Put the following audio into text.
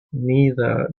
neither